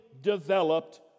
developed